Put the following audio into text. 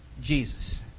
Jesus